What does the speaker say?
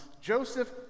Joseph